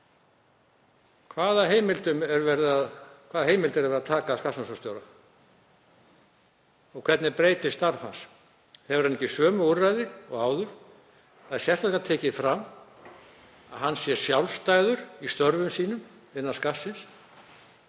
Hvaða heimildir er verið að taka af skattrannsóknastjóra og hvernig breytist starf hans? Hefur hann ekki sömu úrræði og áður? Sérstaklega er tekið fram að hann sé sjálfstæður í störfum sínum innan Skattsins.